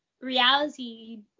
reality